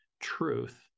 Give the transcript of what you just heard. truth